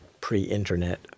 pre-internet